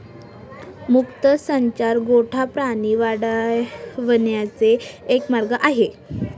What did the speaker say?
मुक्त संचार गोठा प्राणी वाढवण्याचा एक मार्ग आहे